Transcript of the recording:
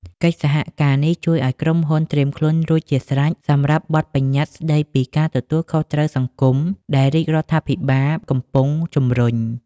កិច្ចសហការនេះជួយឱ្យក្រុមហ៊ុនត្រៀមខ្លួនរួចជាស្រេចសម្រាប់បទបញ្ញត្តិស្ដីពីការទទួលខុសត្រូវសង្គម ដែលរាជរដ្ឋាភិបាលកំពុងជំរុញ។